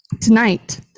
tonight